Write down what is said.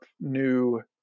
new